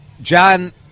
john